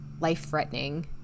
life-threatening